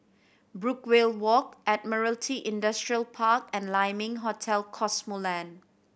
Brookvale Walk Admiralty Industrial Park and Lai Ming Hotel Cosmoland